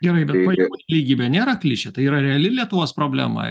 gerai bet pajamų nelygybė nėra klišė tai yra reali lietuvos problema